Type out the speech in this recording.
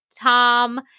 tom